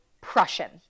Prussian